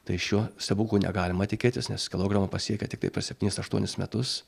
tai šiuo stebuklų negalima tikėtis nes kilogramą pasiekia tiktai per septynis aštuonis metus